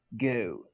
Go